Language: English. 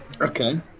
Okay